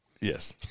Yes